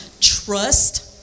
trust